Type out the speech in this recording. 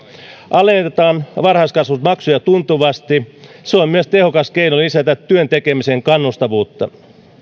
alennetaan varhaiskasvatusmaksuja tuntuvasti se on myös tehokas keino lisätä työn tekemisen kannustavuutta